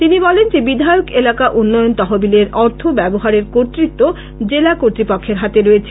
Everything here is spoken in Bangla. তিনি বলেন যে বিধায়ক এলাকা উন্নয়ন তহবিলের অর্থ ব্যবহারের কর্তৃত্ব জেলা কর্ত্তপক্ষের হাতে রয়েছে